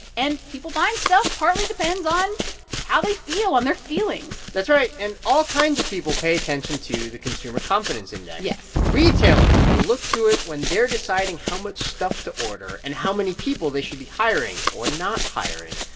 and people buying stuff partly depends on how they feel on their feelings that's right. and all kinds of people pay attention to the consumer confidence index yes retailers will look to it when they're deciding how much stuff to order and how many people they should be hiring or not hiring.